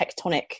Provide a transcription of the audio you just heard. tectonic